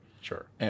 Sure